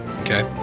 Okay